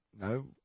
No